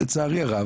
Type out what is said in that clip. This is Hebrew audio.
לצערי הרב,